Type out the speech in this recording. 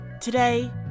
Today